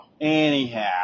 anyhow